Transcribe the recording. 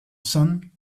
sun